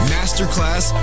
Masterclass